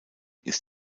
ist